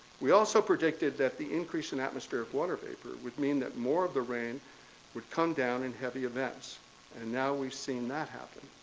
we also predicted that the increase in atmospheric water vapor would mean that more of the rain would come down in heavy events and now we've seen that happen.